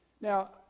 Now